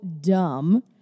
dumb